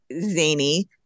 zany